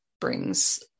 brings